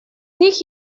них